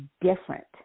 different